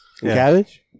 cabbage